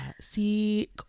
See